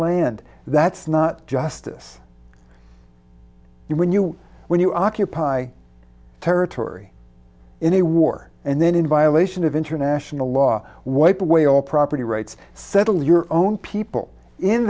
land that's not justice and when you when you occupy territory in a war and then in violation of international law wipe away all property rights settle your own people in